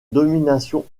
domination